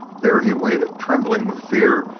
there he waited, trembling with fear,